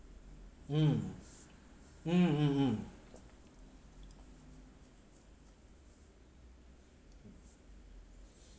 mm mm mm mm